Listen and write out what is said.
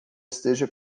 esteja